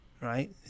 right